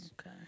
okay